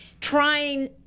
trying